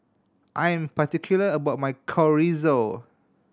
I am particular about my Chorizo